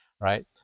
right